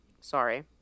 sorry